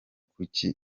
kuki